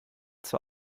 zur